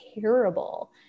terrible